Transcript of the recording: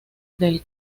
del